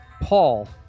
Paul